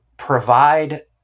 provide